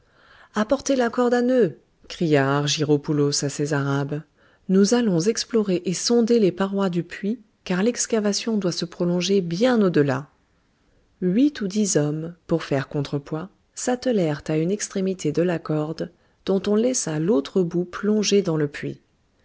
apportez la corde à nœuds cria argyropoulos à ses arabes nous allons explorer et sonder les parois du puits car l'excavation doit se prolonger bien au-delà huit ou dix hommes pour faire contrepoids s'attelèrent à une extrémité de la corde dont on laissa l'autre bout plonger dans le puits